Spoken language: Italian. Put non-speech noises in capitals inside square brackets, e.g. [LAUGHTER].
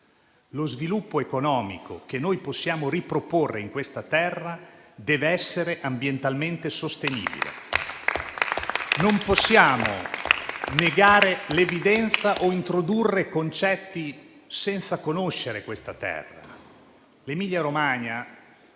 lo sviluppo economico che noi possiamo riproporre in questa terra deve essere ambientalmente sostenibile. [APPLAUSE] Non possiamo negare l'evidenza o introdurre concetti senza conoscere questa terra. L'Emilia-Romagna,